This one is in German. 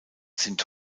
sind